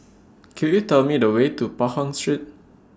Could YOU Tell Me The Way to Pahang Street